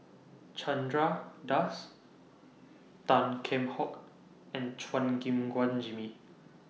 Chandra Das Tan Kheam Hock and Chua Gim Guan Jimmy